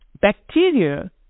bacteria